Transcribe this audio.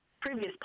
previous